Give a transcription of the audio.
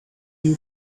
new